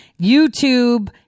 YouTube